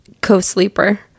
co-sleeper